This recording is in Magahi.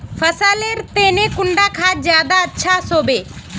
फसल लेर तने कुंडा खाद ज्यादा अच्छा सोबे?